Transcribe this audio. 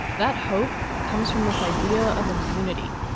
that hope comes from this idea of immunity,